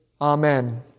Amen